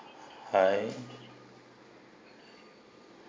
hi